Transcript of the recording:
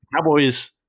Cowboys